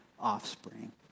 offspring